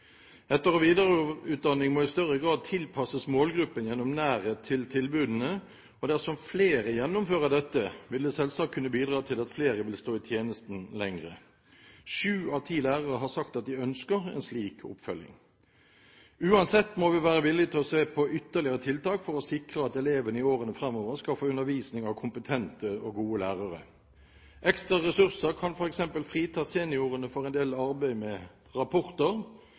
Etter- og videreutdanning må i større grad tilpasses målgruppen gjennom nærhet til tilbudene, og dersom flere gjennomfører dette, vil det selvsagt kunne bidra til at flere vil stå lenger i tjeneste. Sju av ti lærere har sagt at de ønsker en slik oppfølging. Uansett må vi være villig til å se på ytterlige tiltak for å sikre at elevene i årene framover skal få undervisning av kompetente og gode lærere. Ekstra ressurser kan f.eks. frita seniorene for en del arbeid med rapporter,